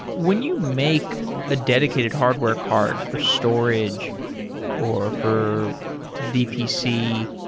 when you make a dedicated hardware card for storage or for vpc,